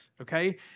okay